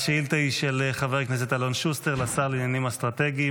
השאילתה היא של חבר הכנסת אלון שוסטר לשר לעניינים אסטרטגיים